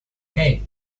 hey